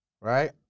Right